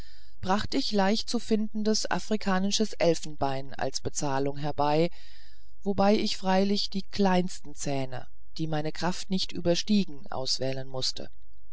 bracht ich leicht zu findendes afrikanisches elfenbein als bezahlung herbei wobei ich freilich die kleinsten zähne die meine kräfte nicht überstiegen auswählen mußte